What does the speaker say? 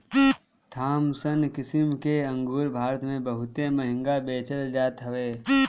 Thompson किसिम के अंगूर भारत में बहुते महंग बेचल जात हअ